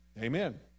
Amen